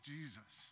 Jesus